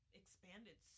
expanded